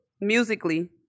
musically